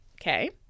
okay